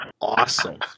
awesome